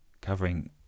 covering